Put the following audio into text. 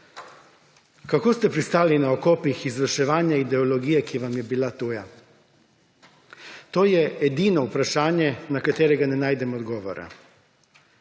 Kako ste pristali na okopih izvrševanja ideologije, ki vam je bila tuja? To je edino vprašanje, na katerega ne najdem odgovora.